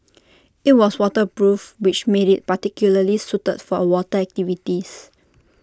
IT was waterproof which made IT particularly suited for water activities